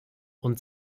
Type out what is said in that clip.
und